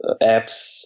apps